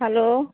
hello